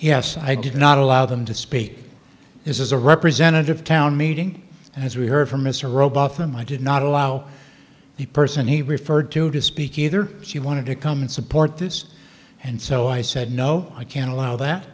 so i did not allow them to speak this is a representative town meeting and as we heard from mr robotham i did not allow the person he referred to to speak either she wanted to come and support this and so i said no i can't allow that